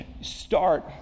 Start